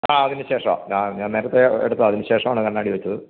ആ അതിന് ശേഷമാണ് ഞാൻ നേരത്തേ എടുത്ത അതിന് ശേഷമാണ് കണ്ണാടി വെച്ചത്